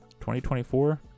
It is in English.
2024